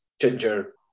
ginger